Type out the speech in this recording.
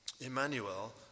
Emmanuel